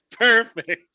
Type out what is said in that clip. Perfect